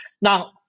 Now